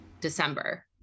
December